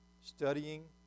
studying